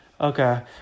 Okay